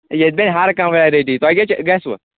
ییٚتہِ بَنہِ ہَرکانٛہہ ویرایٹی تۄہہِ کیٛاہ چھِ گژھِوٕ